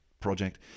project